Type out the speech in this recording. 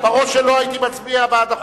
אם הייתי בראש שלו הייתי מצביע בעד החוק הזה.